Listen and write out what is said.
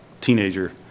teenager